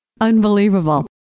Unbelievable